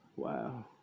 Wow